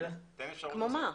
כמו מה?